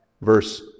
verse